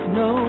no